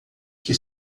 que